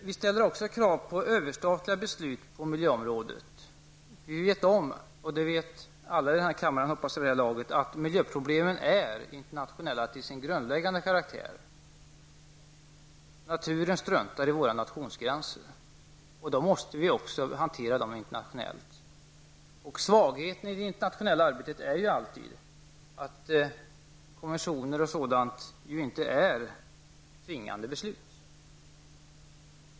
Vi ställer också krav på överstatliga beslut på miljöområdet. Vi vet -- och jag hoppas att alla i den här kammaren gör det vid det här laget -- att miljöproblemen är internationella till sin grundläggande karaktär. Naturen struntar i våra nationsgränser, och då måste vi också hantera problemen internationellt. Svagheten i det internationella arbetet är ju alltid att konventioner och liknande inte är tvingande beslut.